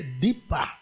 deeper